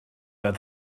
oedd